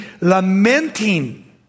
lamenting